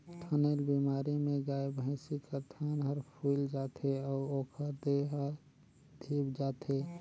थनैल बेमारी में गाय, भइसी कर थन हर फुइल जाथे अउ ओखर देह हर धिप जाथे